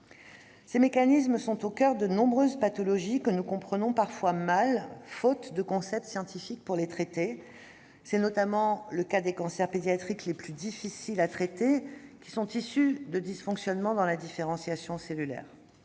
Ces mécanismes sont au coeur de nombreuses pathologies que nous comprenons parfois mal, faute de concepts scientifiques pour les traiter ; c'est le cas, notamment, des cancers pédiatriques les plus difficiles à traiter, issus de dysfonctionnements dans la différenciation cellulaire-